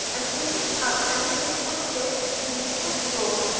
and picking up any bits of stick, reeds, or straw,